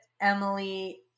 Emily